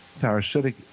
parasitic